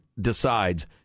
decides